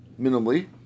minimally